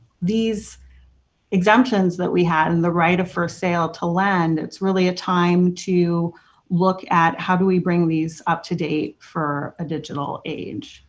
these exemptions that we had and the right of for sale to lend, it's really a time to look at how do we bring these up to date for a digital age.